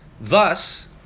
Thus